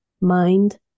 mind